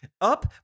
Up